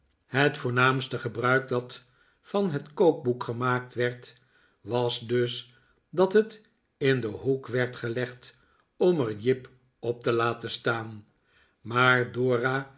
het voornaamste gebruik dat van het kookboek gemaakt werd was dus dat het in den hoek werd gelegd om er jip op te laten staan maar dora